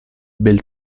bel